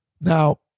Now